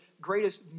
greatest